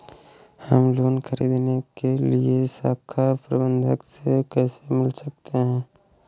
हम लोन ख़रीदने के लिए शाखा प्रबंधक से कैसे मिल सकते हैं?